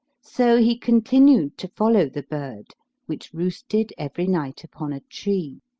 so he continued to follow the bird which roosted every night upon a tree